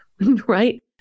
right